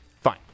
fine